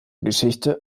geschichte